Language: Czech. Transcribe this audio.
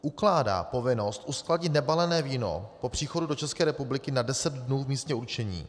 Ukládá povinnost uskladnit nebalené víno po příchodu do České republiky na deset dnů v místě určení.